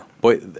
Boy